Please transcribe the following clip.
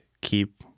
keep